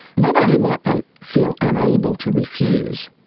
not only might they feel unable to refuse,